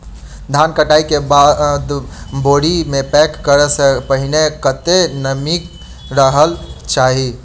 धान कटाई केँ बाद बोरी मे पैक करऽ सँ पहिने कत्ते नमी रहक चाहि?